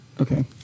Okay